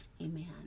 amen